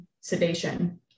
sedation